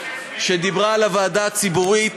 שדיברה על הוועדה הציבורית